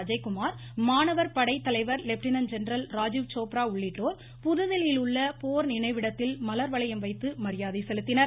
அஜய் குமார் மாணவர் படை தலைவர் லெப்டினன் ஜெனரல் ராஜீவ் சோப்ரா உள்ளிட்டோர் புதுதில்லியிலுள்ள போர் நினைவிடத்தில் மலர் வளையம் வைத்து மரியாதை செலுத்தினர்